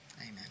Amen